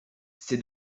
c’est